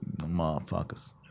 Motherfuckers